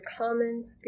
comments